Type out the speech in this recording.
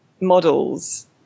models